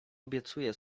obiecuję